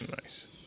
Nice